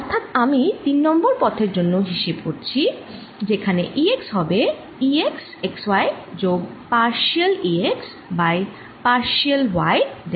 অর্থাৎ আমি 3 নং পথের জন্যে হিসেব করছি যেখানে E x হবে E x x y যোগ partial E x by partial y delta y